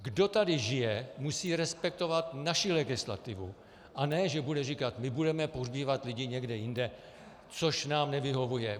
Kdo tady žije, musí respektovat naši legislativu, a ne že bude říkat: my budeme pohřbívat lidi někde jinde, což nám nevyhovuje.